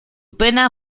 pena